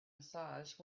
massage